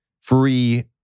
free